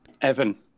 evan